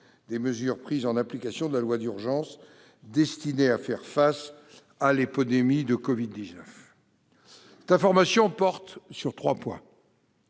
des mesures prises en application de la loi d'urgence destinée à faire face à l'épidémie de Covid-19. Cette information porte sur trois points